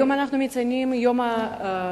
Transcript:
היום אנחנו מציינים את יום הציונות